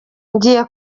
ngiye